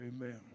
Amen